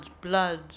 blood